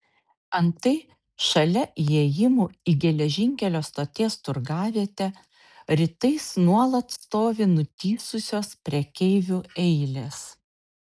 antai šalia įėjimų į geležinkelio stoties turgavietę rytais nuolat stovi nutįsusios prekeivių eilės